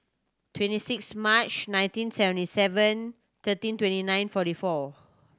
twenty six March nineteen seventy seven thirteen twenty nine forty four